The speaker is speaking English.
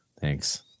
Thanks